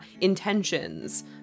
intentions